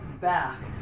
back